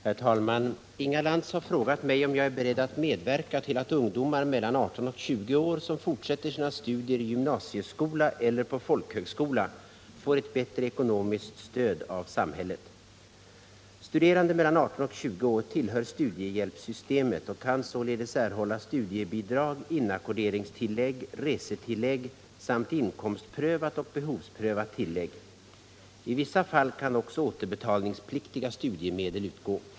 Herr talman! Inga Lantz har frågat mig om jag är beredd att medverka till att ungdomar mellan 18 och 20 år som fortsätter sina studier i gymnasieskola eller på folkhögskola får ett bättre ekonomiskt stöd av samhället. Studerande mellan 18 och 20 år tillhör studiehjälpssystemet och kan således erhålla studiebidrag, inackorderingstillägg, resetillägg samt inkomstprövat och behovsprövat tillägg. I vissa fall kan också återbetalningspliktiga studiemedel utgå.